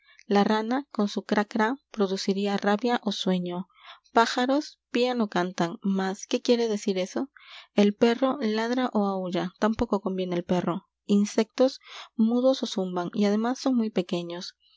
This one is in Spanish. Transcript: la rana con su crá drá produciría rabia ó sueño pájaros pían ó cantan mas q u é quiere decir eso e l perro ladra ó aulla tampoco conviene el perro insectos mudos ó zumban y además son muy pequeños